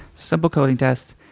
simple coding test.